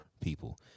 people